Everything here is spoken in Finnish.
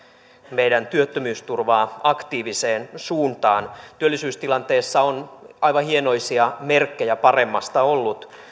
meidän työttömyysturvaamme aktiiviseen suuntaan työllisyystilanteessa on aivan hienoisia merkkejä paremmasta ollut